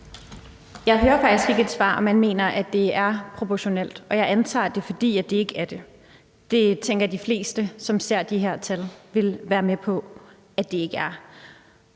Jeg hører faktisk ikke et svar på, om man mener, at det er proportionelt, og jeg antager, at det er, fordi det ikke er det. Det tænker jeg de fleste, som ser de her tal, vil være med på det ikke er.